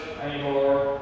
anymore